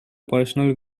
personal